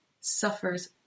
suffers